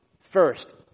first